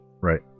right